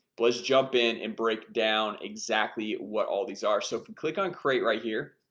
let's jump in and break down exactly what all these are so if we click on create' right here?